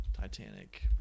titanic